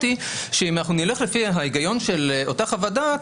שאם נלך לפי ההיגיון של אותה חוות-דעת,